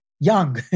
young